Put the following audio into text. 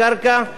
פיצויים.